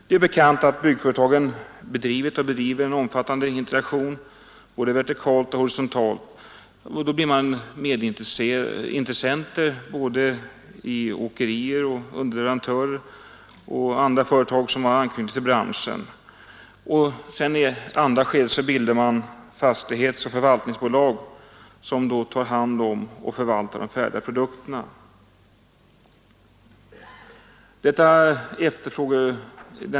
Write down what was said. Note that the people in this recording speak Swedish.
Det är bekant att byggföretagen bedrivit och bedriver en omfattande integration både vertikalt och horisontalt och på så sätt blir medintressenter såväl i åkerier, underleverantörsföretag som andra företag med anknytning till branschen. Av andra skäl bildar byggföretagen bostadsoch förvaltningsbolag, som tar hand om och förvaltar de färdiga produkterna.